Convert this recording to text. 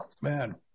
man